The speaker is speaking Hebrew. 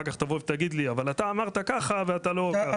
תבוא ותגיד לי אבל אתה אמרת ככה ואתה לא ככה.